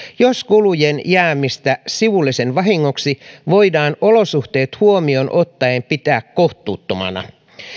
jos kulujen jäämistä sivullisen vahingoksi voidaan olosuhteet huomioon ottaen pitää kohtuuttomana